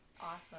Awesome